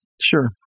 sure